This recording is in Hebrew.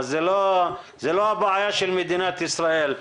זה לא הבעיה של מדינת ישראל.